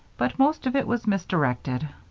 but most of it was misdirected.